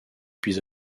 puis